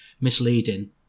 misleading